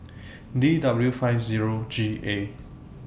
D W five Zero G A